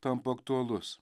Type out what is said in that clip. tampa aktualus